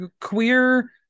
queer